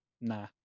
nah